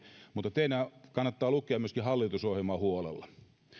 mutta teidän kannattaa lukea myöskin hallitusohjelma huolella